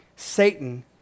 Satan